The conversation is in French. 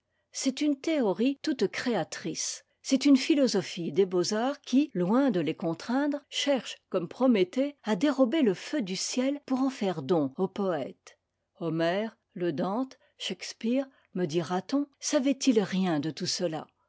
c'est une théorie toute créatrice c'est une philosophie des beaux-arts qui loin de les contraindre cherche comme prométhée à dérober le feu du ciel pour en faire don aux poëtes homère le dante shakspeare me dira-t-on savaient ils rien de tout cela